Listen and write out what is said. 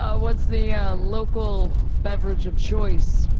ah what's the local beverage of choice?